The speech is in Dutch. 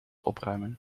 opruimen